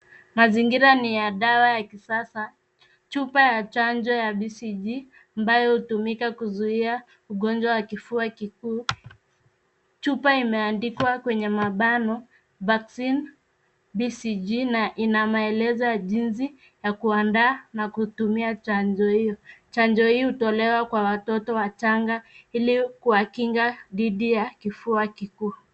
Mazingira ni ya dawa ya kisasa. Chupa ya chanjo ya BCG, ambayo hutumika kuzuia ugonjwa wa kifua kikuu. Chupa imeandikwa kwenye mabano Vaccine BCG , na ina maelezo ya jinsi ya kuandaa na kutumia chanjo hiyo. Chanjo hii hutolewa kwa watoto wachanga, ili kuwakinga dhidi ya kifua kikuu.